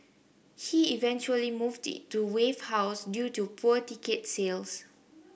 he eventually moved it to Wave House due to poor ticket sales